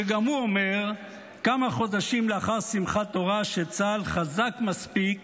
שגם הוא אומר כמה חודשים לאחר שמחת תורה שצה"ל חזק מספיק